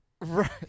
right